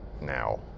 Now